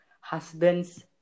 husband's